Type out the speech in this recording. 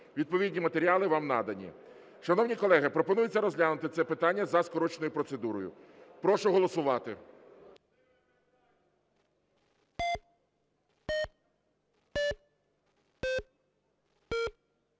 Відповідні матеріали вам надані. Шановні колеги, пропонується розглянути це питання за скороченою процедурою. Прошу голосувати.